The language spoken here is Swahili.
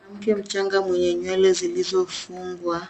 Mwanamke mchanga mwenye nywele zilizo fungwa